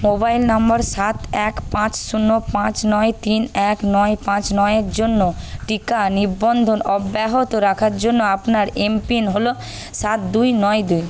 mobile number সাত এক পাঁচ শূন্য পাঁচ নয় তিন এক নয় পাঁচ নয় এর জন্য টিকা নিবন্ধন অব্যাহত রাখার জন্য আপনার এমপিন হল সাত দুই নয় দুই